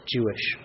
Jewish